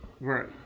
right